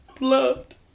Loved